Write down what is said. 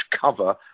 cover